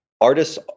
artists